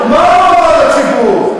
מה הוא אמר לציבור?